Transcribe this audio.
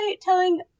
telling